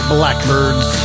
Blackbirds